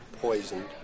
poisoned